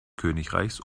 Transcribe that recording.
königreichs